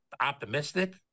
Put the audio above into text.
optimistic